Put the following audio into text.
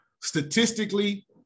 Statistically